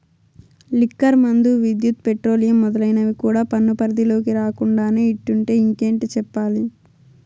liquor మందు, విద్యుత్, petroleum మొదలైనవి కూడా పన్ను పరిధిలోకి రాకుండానే ఇట్టుంటే ఇంకేటి చెప్పాలి